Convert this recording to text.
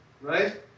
Right